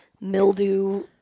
mildew